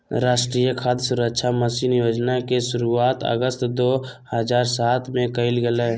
राष्ट्रीय खाद्य सुरक्षा मिशन योजना के शुरुआत अगस्त दो हज़ार सात में कइल गेलय